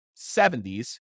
70s